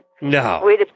No